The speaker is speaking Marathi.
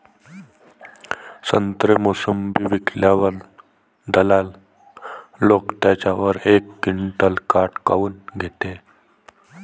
संत्रे, मोसंबी विकल्यावर दलाल लोकं त्याच्यावर एक क्विंटल काट काऊन घेते?